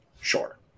sure